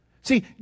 See